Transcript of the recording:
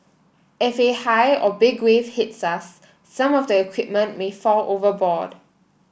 if a high or big wave hits us some of the equipment may fall overboard